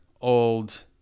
old